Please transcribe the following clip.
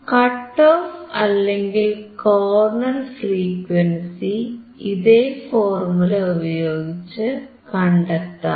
cut off അല്ലെങ്കിൽ corner frequency ഇതേ formula ഉപയോഗിച്ച് കണ്ടെത്താം